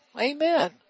Amen